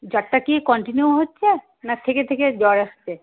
জ্বরটা কি কনটিনিউ হচ্ছে না থেকে থেকে জ্বর আসছে